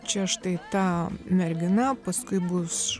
čia štai ta mergina paskui bus